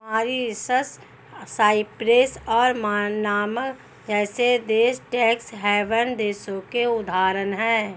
Mauritius, Cyprus और Panama जैसे देश टैक्स हैवन देशों के उदाहरण है